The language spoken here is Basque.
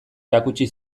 erakutsi